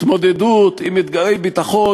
התמודדות עם אתגרי ביטחון,